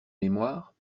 mémoire